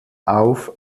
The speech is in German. auf